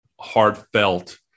heartfelt